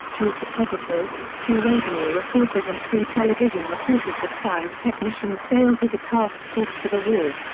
two photographers, two radio reporters and three television reporters with five technicians sailed with the task force to the war.